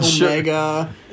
Omega